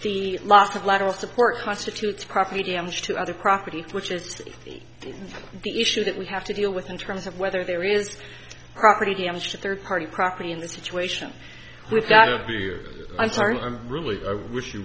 the loss of lateral support constitutes property damage to other property which is to be the issue that we have to deal with in terms of whether there is property damage to third party property in this situation without a view i'm sorry i'm really i wish you